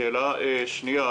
שאלה שנייה